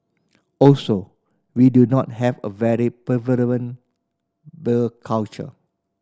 also we do not have a very prevalent bar culture